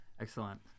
Excellent